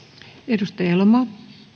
arvoisa puhemies